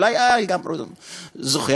אולי גם אתה זוכר,